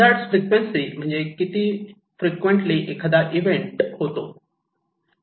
hazard frequency म्हणजे किती frequently एखादा इव्हेंट होतो